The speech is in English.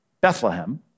Bethlehem